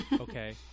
okay